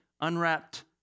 unwrapped